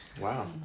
Wow